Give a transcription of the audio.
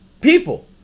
people